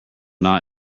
not